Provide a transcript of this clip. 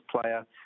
player